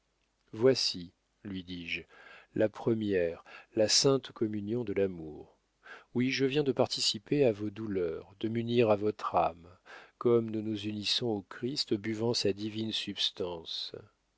voici lui dis-je la première la sainte communion de l'amour oui je viens de participer à vos douleurs de m'unir à votre âme comme nous nous unissons au christ en buvant sa divine substance